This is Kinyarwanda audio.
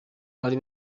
bari